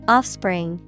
Offspring